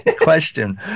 question